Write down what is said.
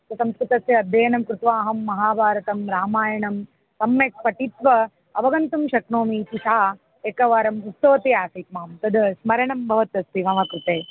संस्कृतस्य अध्ययनं कृत्वा अहं महाभारतं रामायणं सम्यक् पठित्वा अवगन्तुं शक्नोमि इति सा एकवारम् उक्तवती आसीत् मां तद् स्मरणं भवद् अस्ति मम कृते